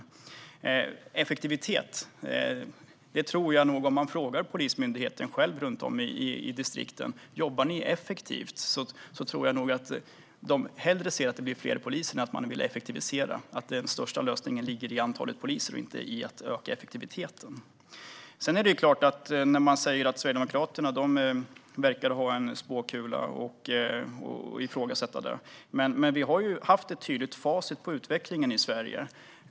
När det gäller effektivitet tror jag att om man frågar poliserna själva runt om i distrikten om de jobbar effektivt svarar de nog att de hellre vill se fler poliser än effektivisera, att den största delen av lösningen ligger i antalet poliser och inte i att öka effektiviteten. Man kan säga att Sverigedemokraterna verkar ha en spåkula och ifrågasätta det, men vi har haft ett tydligt facit på utvecklingen i Sverige.